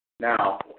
Now